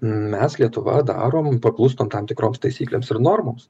mes lietuva darom paklūstam tam tikroms taisyklėms ir normoms